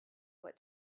what